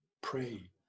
Pray